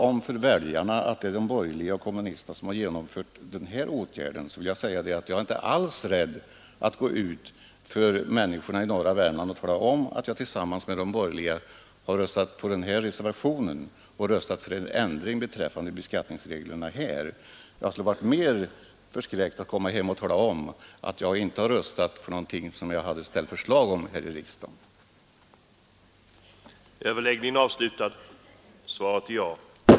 När det gäller redovisningen för väljarna vill jag säga att jag inte alls är rädd för att gå ut och tala om för människorna i norra Värmland att jag tillsammans med de borgerliga har röstat för den här reservationen och för en ändring beträffande dessa beskattningsregler. Jag skulle varit mera förskräckt över att komma hem och tala om att jag inte hade röstat för förslag som jag hade ställt här i riksdagen.